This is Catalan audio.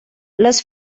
les